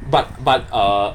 but but err